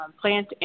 plant